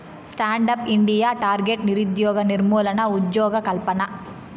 stand up India target నిరుద్యోగ నిర్మూలన, ఉజ్జోగకల్పన